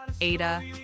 Ada